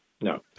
no